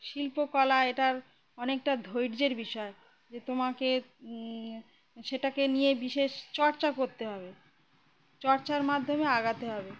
শিল্পকলা এটার অনেকটা ধৈর্যের বিষয় যে তোমাকে সেটাকে নিয়ে বিশেষ চর্চা করতে হবে চর্চার মাধ্যমে এগোতে হবে